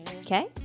Okay